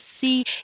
see